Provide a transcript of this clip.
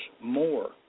more